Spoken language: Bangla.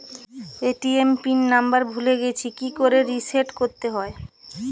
এ.টি.এম পিন নাম্বার ভুলে গেছি কি করে রিসেট করতে হয়?